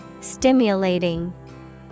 Stimulating